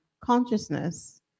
consciousness